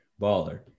baller